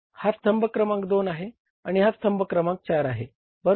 हा स्तंभ क्रमांक दोन आहे आणि हा स्तंभ क्रमांक चार आहे बरोबर